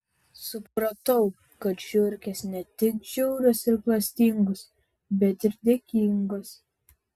supratau kad žiurkės ne tik žiaurios ir klastingos bet ir dėkingos